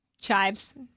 chives